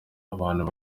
abantu